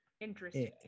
Interesting